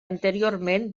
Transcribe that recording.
anteriorment